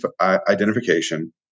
identification